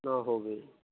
ਨਾ ਹੋਵੇ